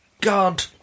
God